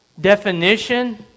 definition